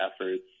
efforts